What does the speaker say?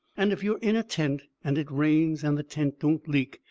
and if you are in a tent and it rains and the tent don't leak,